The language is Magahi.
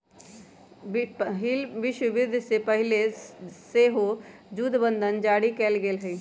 पहिल विश्वयुद्ध से पहिले सेहो जुद्ध बंधन जारी कयल गेल हइ